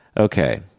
Okay